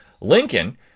Lincoln